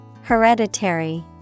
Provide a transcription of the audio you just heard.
Hereditary